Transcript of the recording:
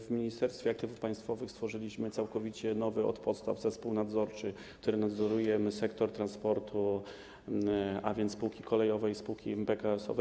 W Ministerstwie Aktywów Państwowych stworzyliśmy całkowicie nowy, od podstaw, zespół nadzorczy, który nadzoruje sektor transportu, a więc spółki kolejowe i spółki PKS-owe.